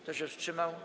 Kto się wstrzymał?